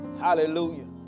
hallelujah